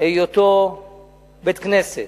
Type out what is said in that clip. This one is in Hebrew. היותו בית-כנסת.